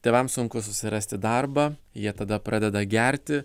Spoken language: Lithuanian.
tėvams sunku susirasti darbą jie tada pradeda gerti